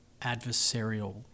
adversarial